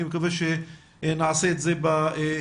אני מקווה שנעשה את זה בהקדם.